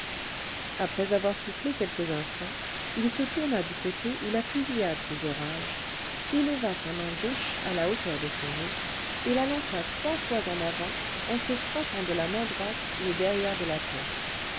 après avoir soufflé quelques instants il se tourna du côté où la fusillade faisait rage éleva sa main gauche à la hauteur de son nez et la lança trois fois en avant en se frappant de la main droite le derrière de la tête